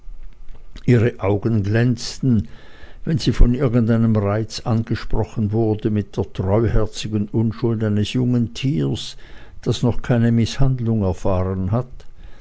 ihre augen glänzten wenn sie von irgendeinem reiz angesprochen wurde mit der treuherzigen unschuld eines jungen tieres das noch keine mißhandlung erfahren hat